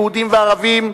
יהודים וערבים,